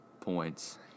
points